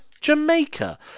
Jamaica